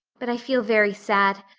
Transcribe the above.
but i feel very sad.